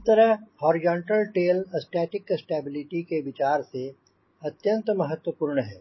इस तरह horizontal tail static stability के विचार से अत्यंत महत्वपूर्ण है